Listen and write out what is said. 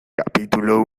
capítulo